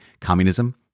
communism